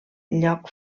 lloc